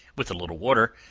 with a little water,